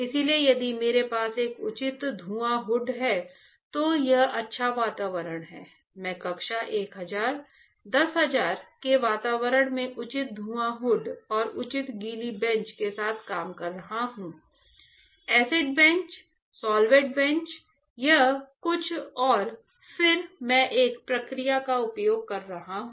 इसलिए यदि मेरे पास एक उचित धुआं हुड है तो एक अच्छा वातावरण है मैं कक्षा 1000 10000 के वातावरण में उचित धुआं हुड और उचित गीली बेंच के साथ काम कर रहा हूं एसिड बेंच सॉल्वेंट बेंच सब कुछ और फिर मैं एक प्रक्रिया का उपयोग कर रहा हूं